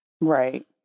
Right